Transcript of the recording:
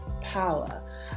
power